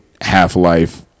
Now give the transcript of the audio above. Half-Life